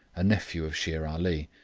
a nephew of shere ali,